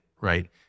right